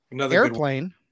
airplane